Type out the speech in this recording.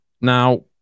Now